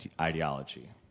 ideology